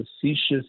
facetious